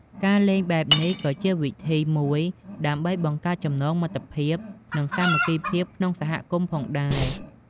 ការលេងបែបនេះក៏ជាវិធីមួយដើម្បីបង្កើតចំណងមិត្តភាព និងសាមគ្គីភាពក្នុងសហគមន៍ផងដែរ។